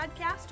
podcast